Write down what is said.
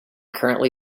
currently